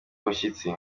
imishyitsi